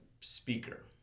speaker